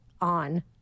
on